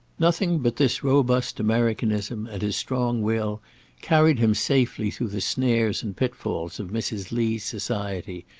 nothing but this robust americanism and his strong will carried him safely through the snares and pitfalls of mrs. lee's society,